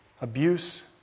Abuse